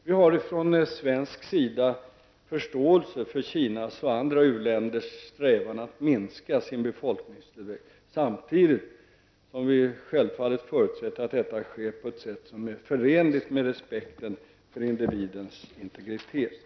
Vi har från svensk sida förståelse för Kinas och andra u-länders strävan att minska sin befolkningstillväxt, samtidigt som vi självfallet förutsätter att detta sker på ett sätt som är förenligt med respekten för individens integritet.